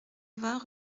vingts